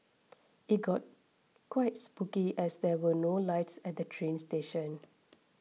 it got quite spooky as there were no lights at the train station